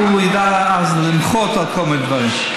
הוא ידע אז רק למחות על כל מיני דברים.